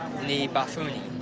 the bathroom?